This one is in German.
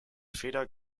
feder